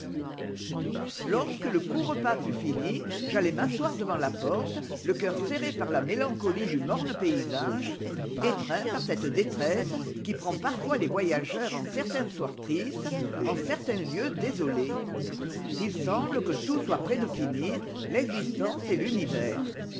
lorsque le court repas fut fini j'allai m'asscoir devant la porte le cœur serré par la mélancolie du morne paysage étreint par cette détresse qui prend parfois les voyageurs en certains soirs tristes en certains lieux désolés ii semble que tout soit près de finir l'existence et l'univers